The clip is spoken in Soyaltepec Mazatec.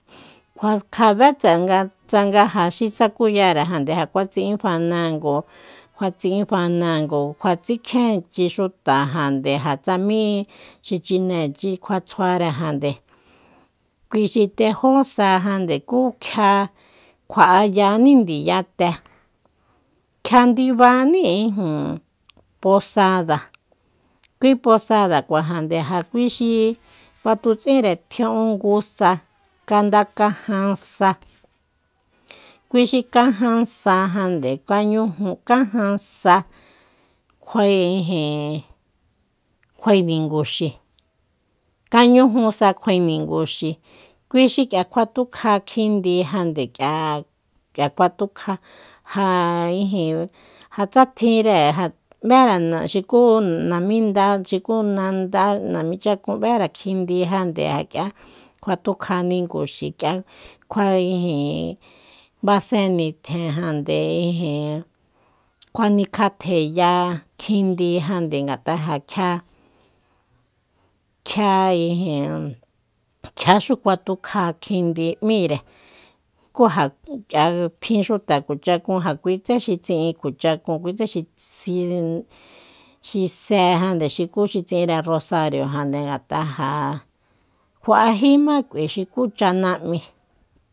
Kua kjabé tse'e nga tsanga ja xi sakuyare jande ja kjua tsi'in fanango- kjua tsi'in fanango kua tsikjienchi xutajande ja tsa mí xi chinéchi kjua tsjuare jande kui xi tejó sa jande kú kjia kjua'ayaní ndiyate kjia ndibaní posada kui posada cuajande ja kui xi batutsinre tjia'úngu sa janda kajan sa kui xi kajan sa jande kañuju kajan sa kjuae ijin kjuae ninguxi kañuju sa kjuae ninguxi kui xi k'ia kua tukja kjindijande kía- k'ia kua tukja ja ijin ja tsa tjinre ja b'ére xukú naminda xukú nanda namichakun b'ere kjindi jande ja k'ia kua tukja ninguxi k'ia kjuae ijin basen nitjenjande ijin kuanikjatjeya kjindijande ngat'a'a ja kjia- kjia ijin kjia xu kuatukja kjindi m'íre kú ja k'ia tjin xuta kjuachakun ja kuí tse xi tsiín kjuachakúun kuitse xi- xi sé jande xukú xi tsi'inre rosario jande ngat'a'a ja faéjíma k'ui xukú chanam'í